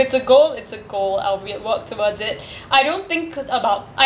it's a goal it's a goal I'll w~ walk towards it I don't think about it